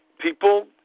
people